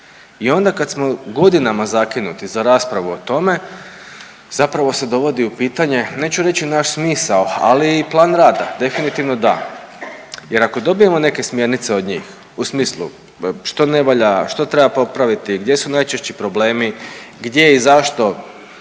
I onda kad smo godinama zakinuti za raspravu o tome zapravo se dovodi u pitanje neću reći naš smisao, ali i plan rada definitivno da jer ako dobijemo neke smjernice od njih u smislu što ne valja, što treba popraviti, gdje su najčešći problemi, gdje i zašto